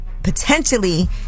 potentially